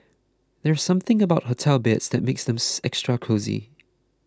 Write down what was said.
there's something about hotel beds that makes them extra cosy